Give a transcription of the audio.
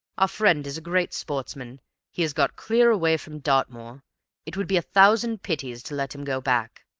our friend is a great sportsman he has got clear away from dartmoor it would be a thousand pities to let him go back.